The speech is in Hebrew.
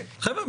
חבר'ה,